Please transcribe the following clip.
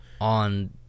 on